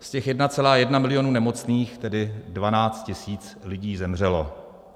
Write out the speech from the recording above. Z těch 1,1 milionu nemocných tedy 12 tisíc lidí zemřelo.